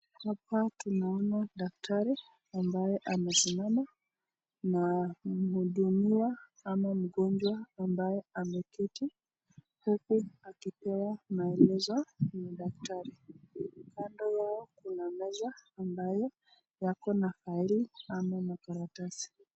Hapa tunaona daktari ambaye amesimama na mhudumiwa ama mgonjwa ambaye ameketi, huku akipewa maelezo na daktari. Kando yao kuna meza ambayo yako na faili ama makaratasi.